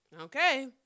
Okay